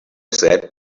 said